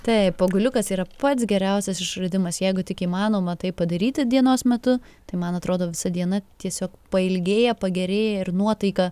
taip poguliukas yra pats geriausias išradimas jeigu tik įmanoma tai padaryti dienos metu tai man atrodo visa diena tiesiog pailgėja pagerėja ir nuotaika